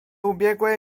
ubiegłej